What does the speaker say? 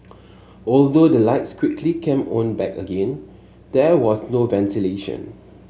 although the lights quickly came on back again there was no ventilation